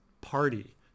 party